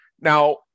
now